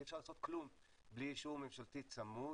אי אפשר לעשות כלום בלי אישור ממשלתי צמוד.